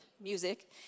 music